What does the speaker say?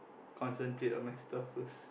concentrate on my stuff first